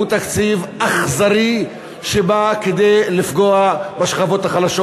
הוא תקציב אכזרי שבא לפגוע בשכבות החלשות.